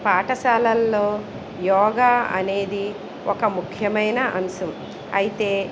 పాఠశాలల్లో యోగా అనేది ఒక ముఖ్యమైన అంశం అయితే